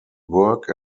work